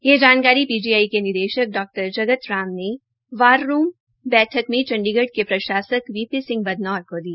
यह जानकारी पीजीआई के निदेशक डॉ जगत राम ने वार रूम बैठक मे चंडीगढ़ के प्रशासक वी पी सिंह बदनौर को दी